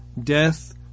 Death